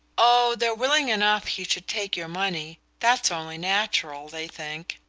oh, they're willing enough he should take your money that's only natural, they think.